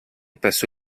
presso